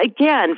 again